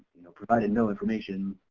you know provided no information,